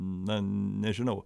na nežinau